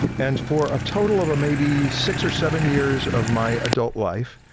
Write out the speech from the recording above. and for a total of maybe six or seven years of my adult life,